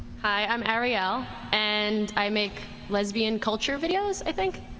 i'm arielle and i make lesbian culture videos, i think,